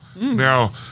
Now